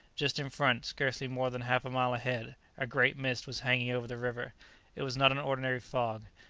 just in front, scarcely more than half a mile ahead, a great mist was hanging over the river it was not an ordinary fog,